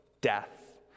death